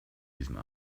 diesem